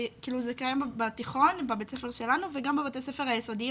זה קיים בתיכון בבית ספר שלנו וגם בבתי ספר היסודיים,